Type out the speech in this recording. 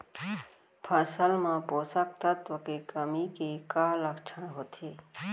फसल मा पोसक तत्व के कमी के का लक्षण होथे?